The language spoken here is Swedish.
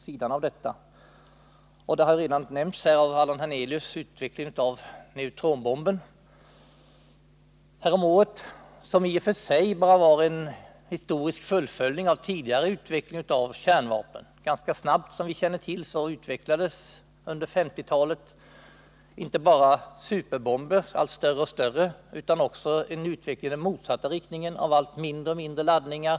Allan Hernelius har redan nämnt utvecklingen av neutronbomben häromåret. Denna bomb var i och för sig bara ett historiskt fullföljande av den tidigare utvecklingen av kärnvapnen. Vi känner till att det under 1950-talet utvecklades inte bara superbomber — allt större. Det fanns också i den motsatta riktningen en utveckling av allt mindre laddningar.